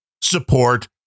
support